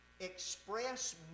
Express